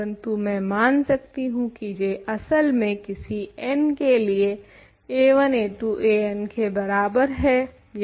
परन्तु मैं मान सकती हूँ की J असल में किसी n के लिए a1 a2 an के बराबर है